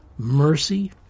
Mercy